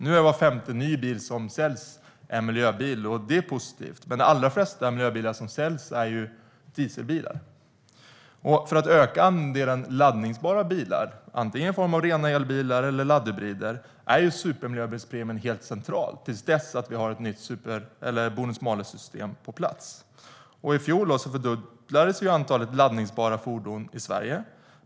Nu är var femte ny bil som säljs en miljöbil, vilket är positivt. Men de allra flesta miljöbilar som säljs är dieselbilar. För att öka andelen laddningsbara bilar, antingen i form av rena elbilar eller laddhybrider, är supermiljöbilspremien helt central tills vi har ett nytt bonus-malus-system på plats. I fjol fördubblades antalet laddningsbara fordon i Sverige.